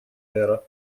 эра